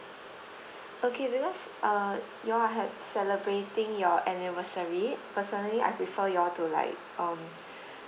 okay because uh you have celebrating your anniversary personally I prefer you to like um